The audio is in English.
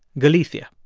galicia.